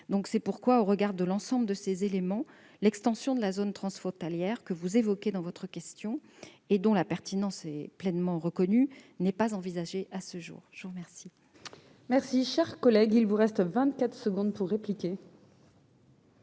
C'est pourquoi, au regard de l'ensemble de ces éléments, l'extension de la zone transfrontalière que vous évoquez dans votre question, et dont la pertinence est pleinement reconnue, n'est pas envisagée à ce jour. La parole est à M. François Calvet, pour la réplique.